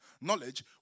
knowledge